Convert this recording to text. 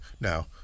Now